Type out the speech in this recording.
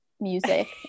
music